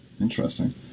Interesting